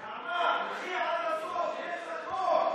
נעמה, קחי עד הסוף, יש לך רוב.